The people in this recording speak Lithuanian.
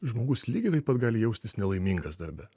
žmogus lygiai taip pat gali jaustis nelaimingas darbe